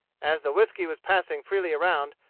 as the whiskey was passing freely around,